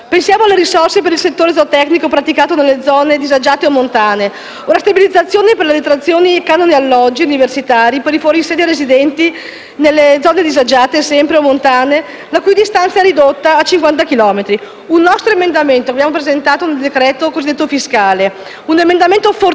Pensiamo alle risorse per il settore zootecnico praticato nelle zone montane o disagiate, o alla stabilizzazione per la detrazione dei canoni degli alloggi universitari per i fuori sede residenti in zone disagiate o montane, la cui distanza è ridotta a 50 chilometri: un nostro emendamento che abbiamo presentato nel decreto cosiddetto fiscale, un emendamento fortemente